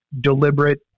deliberate